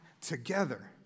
together